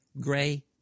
gray